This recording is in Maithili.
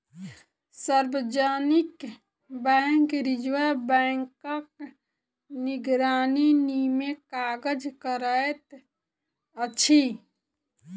सार्वजनिक बैंक रिजर्व बैंकक निगरानीमे काज करैत अछि